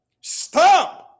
Stop